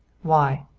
why?